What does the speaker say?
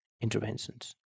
interventions